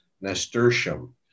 nasturtium